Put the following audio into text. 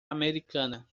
americana